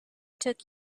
took